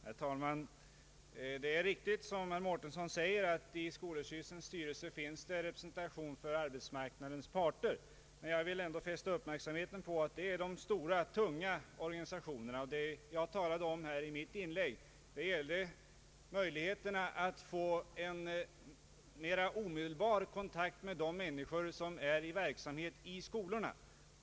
Herr talman! Det är riktigt som herr Mårtensson säger att arbetsmarknadens parter är representerade i skolöverstyrelsen. Men jag vill ändå fästa uppmärksamheten på att det då är fråga om de stora och tunga organisationerna. Vad jag talade om i mitt inlägg gällde möjligheterna att få en mer omedelbar kontakt med de människor som är verksamma i skolorna.